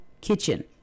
Kitchen